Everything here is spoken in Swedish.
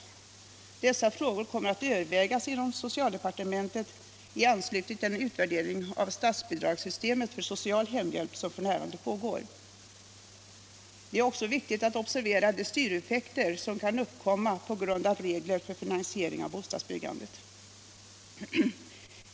Dessa frågor kommer att övervägas inom socialdepartementet i anslutning till den utvärdering av statsbidragssystemet för social hemhjälp som f. n. pågår. Det är också viktigt att observera de styreffekter som kan uppkomma på grund av regler för finansiering av bostadsbyggandet.